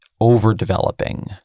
overdeveloping